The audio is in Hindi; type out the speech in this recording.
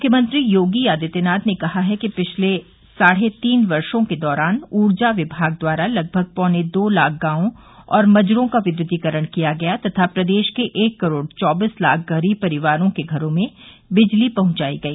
मुख्यमंत्री योगी आदित्यनाथ ने कहा है कि पिछले साढ़े तीन वर्षो के दौरान ऊर्जा विभाग द्वारा लगभग पौने दो लाख गांवों और मजरों का विद्युतीकरण किया गया तथा प्रदेश के एक करोड़ चौबीस लाख गरीब परिवारों के घरों में बिजली पहुंचाई गई